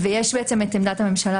יש את עמדת הממשלה,